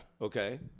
Okay